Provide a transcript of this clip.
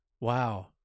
wow